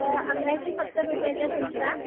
तर अकराशे सत्तर रुपयाचा तुमचा